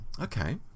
Okay